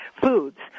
foods